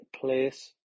place